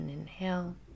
inhale